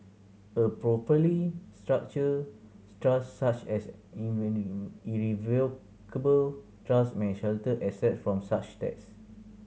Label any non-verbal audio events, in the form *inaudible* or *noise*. a properly structured *unintelligible* such as a *unintelligible* irrevocable trust may shelter assets from such tax